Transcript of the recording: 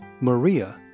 Maria